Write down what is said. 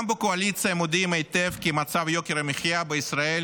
גם בקואליציה מודעים היטב לכך שמצב יוקר המחיה בישראל